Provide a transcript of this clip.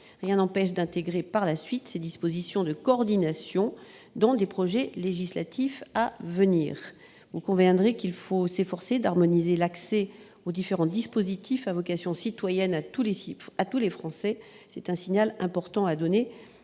Rien n'empêchera d'intégrer des dispositions de coordination dans des textes à venir. Vous conviendrez qu'il faut s'efforcer d'harmoniser l'accès aux différents dispositifs à vocation citoyenne pour tous les Français. C'est un signal important à donner